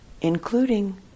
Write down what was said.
including